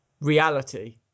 reality